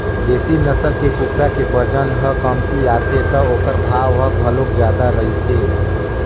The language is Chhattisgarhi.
देसी नसल के कुकरा के बजन ह कमती आथे त ओखर भाव ह घलोक जादा रहिथे